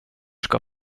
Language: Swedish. ska